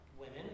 Women